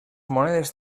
monedes